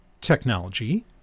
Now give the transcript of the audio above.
technology